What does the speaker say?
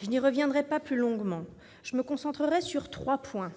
Je ne m'y attarderai pas plus longuement et me concentrerai sur trois points.